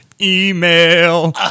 email